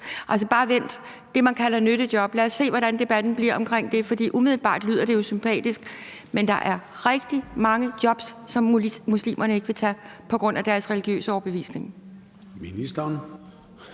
Og i forhold til det, man kalder nyttejob, vil jeg sige: Lad os se, hvordan debatten bliver omkring det. For umiddelbart lyder det jo sympatisk, men der er rigtig mange jobs, som muslimerne ikke vil tage på grund af deres religiøse overbevisning.